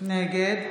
נגד